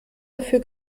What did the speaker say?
dafür